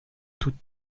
toutes